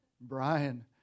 Brian